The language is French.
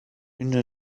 une